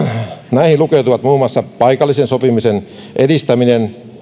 näihin lukeutuvat muun muassa paikallisen sopimisen edistäminen